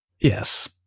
Yes